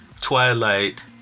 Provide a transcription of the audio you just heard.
Twilight